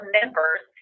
members